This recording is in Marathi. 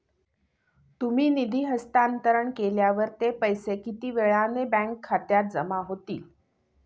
तुम्ही निधी हस्तांतरण केल्यावर ते पैसे किती वेळाने बँक खात्यात जमा होतील?